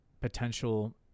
potential